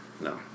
No